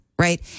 right